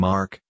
Mark